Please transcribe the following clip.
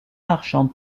marchande